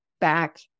back